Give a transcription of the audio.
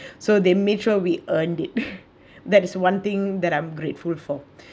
so they made sure we earned it that is one thing that I'm grateful for